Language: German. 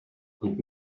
und